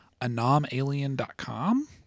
anomalien.com